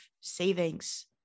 savings